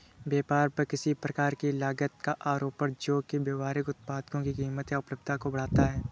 व्यापार पर किसी प्रकार की लागत का आरोपण जो कि व्यापारिक उत्पादों की कीमत या उपलब्धता को बढ़ाता है